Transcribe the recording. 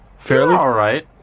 fairly alright.